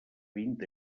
vint